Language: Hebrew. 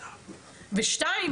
ושניים,